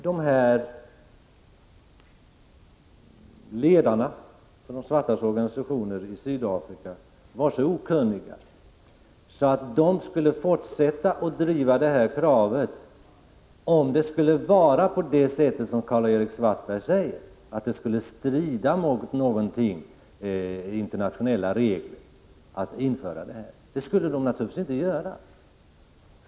Skulle ledarna för de svartas organisationer i Sydafrika vara så okunniga att de skulle fortsätta att driva detta krav om det, som Karl-Erik Svartberg säger, skulle strida mot internationella regler? Det skulle de naturligtvis inte göra.